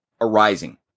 arising